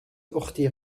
أختي